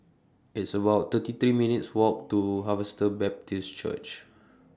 It's about thirty three minutes' Walk to Harvester Baptist Church